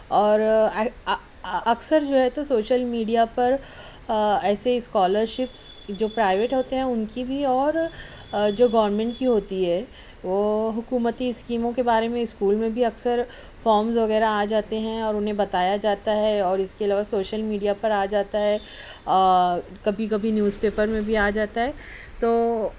اور اکثر جو ہے تو سوشل میڈیا پر ایسے اسکالرشپس جو پرائیویٹ ہوتے ہیں ان کی بھی اور جو گورنمنٹ کی ہوتی ہے وہ حکومتی اسکیموں کے بارے میں اسکول میں بھی اکثر فارمز وغیرہ آ جاتے ہیں اور انہیں بتایا جاتا ہے اور اس کے علاوہ سوشل میڈیا پر آ جاتا ہے اور کبھی کبھی نیوز پیپر میں بھی آ جاتا ہے تو